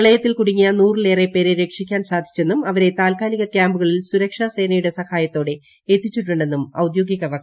പ്രളയത്തിൽ കുടുങ്ങിയ നൂറിലേറെ പേരെ രക്ഷിക്കാൻ സാധിച്ചെന്നും അവരെ താൽക്കാലിക ക്യാമ്പുകളിൽ സുരക്ഷാസേനയുടെ സഹായത്തോടെ എത്തിച്ചിട്ടുണ്ടെന്നും ഔദ്യോഗിക വക്താവ് അറിയിച്ചു